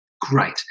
Great